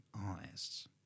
artists